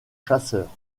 chasseurs